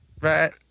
right